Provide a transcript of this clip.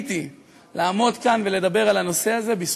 זכיתי לעמוד כאן ולדבר על הנושא הזה, בזכותך.